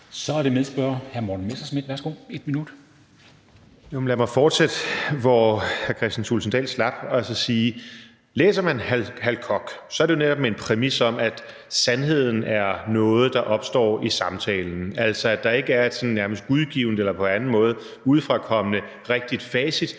1 minut. Kl. 13:06 Morten Messerschmidt (DF): Lad mig fortsætte, hvor hr. Kristian Thulesen Dahl slap, og så sige: Læser man Hal Koch, er det jo netop med en præmis om, at sandheden er noget, der opstår i samtalen, altså at der ikke er sådan et nærmest gudgivet eller på anden måde udefrakommende rigtig facit,